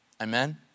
Amen